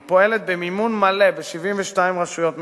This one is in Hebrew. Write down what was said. היא פועלת במימון מלא ב-72 רשויות מקומיות,